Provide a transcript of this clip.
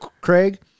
craig